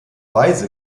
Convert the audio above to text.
weise